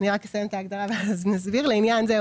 לעניין זה,